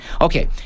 Okay